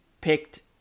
picked